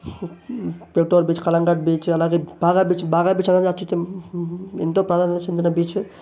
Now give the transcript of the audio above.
Vagator beach Calangute beach అలాగే Baga beach Baga beach అనేది అత్యుత్తమ ఎంతో ప్రాధాన్యత చెందిన బీచు